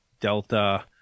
Delta